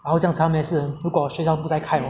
然后惊诧没事如果学校不再开 hor